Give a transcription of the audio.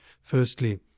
Firstly